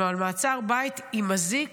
אבל מעצר בית עם אזיק